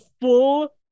full